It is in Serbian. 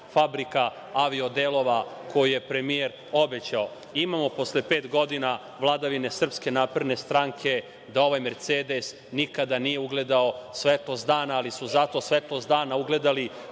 fabrika avio delova koju je premijer obećao. Imamo posle pet godina, vladavine SNS da ovaj Mercedes nikada nije ugledao svetlost dana, ali su zato svetlost dana ugledali